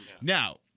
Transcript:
Now